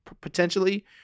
potentially